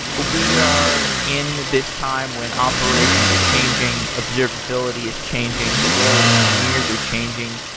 we are in this time when operations are changing, observability is changing, the role of engineers are changing.